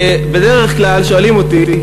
בדרך כלל שואלים אותי: